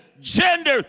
gender